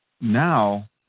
now